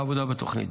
לעבודה בתוכנית.